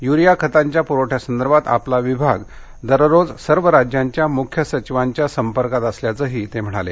urea खतांच्या पुरवठ्यासंदर्भात आपला विभाग दररोज सर्व राज्यांच्या मुख्य सचिवांच्या संपर्कात असल्याचंही त्यांनी सांगितलं